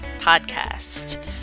Podcast